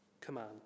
command